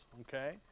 okay